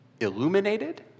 illuminated